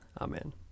Amen